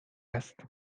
است